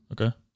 Okay